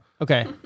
Okay